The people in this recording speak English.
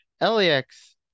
LAX